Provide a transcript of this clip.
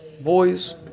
boys